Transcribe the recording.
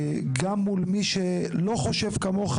מה זה לנהל שיח גם מול מי שלא חושב כמוך